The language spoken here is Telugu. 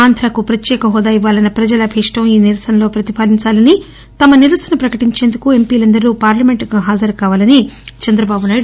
ఆంధ్రాప్రదేశ్ ప్రత్యేక హెూదా ఇవ్వాలన్న ప్రజల అభీష్టం ఈ నిరసనలో ప్రపతిఫలించాలనీ తమ నిరసన ప్రకటించేందుకు ఎంపీలందరూ పార్లమెంటుకు హాజరు కావాలనీ చందబాబు చెప్పారు